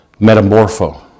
metamorpho